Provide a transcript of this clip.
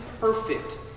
perfect